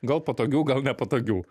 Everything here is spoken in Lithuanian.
gal patogių gal nepatogių